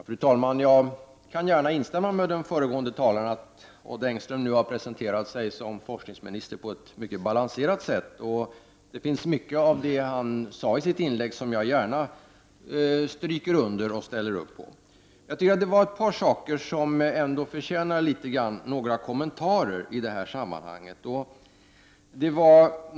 Fru talman! Jag kan gärna instämma med den föregående talaren — att Odd Engström nu har presenterat sig som forskningsminister på ett mycket balanserat sätt. Det finns mycket i det han sade i sitt inlägg som jag gärna stryker under och ställer upp på. Jag tycker ändå att det var ett par saker som förtjänar några kommentarer i det här sammanhanget.